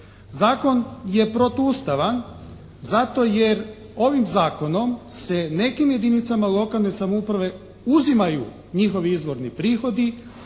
Zakon je protuustavan zato jer ovim zakonom se nekim jedinicama lokalne samouprave uzimaju njihovi izvorni prihodi,